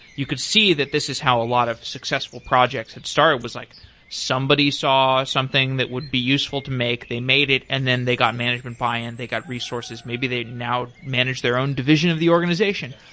you could see that this is how a lot of successful projects have started, was like somebody saw something that would be useful to make. they made it and then they got management buy-in. they got resources. maybe they now manage their own division of the organization,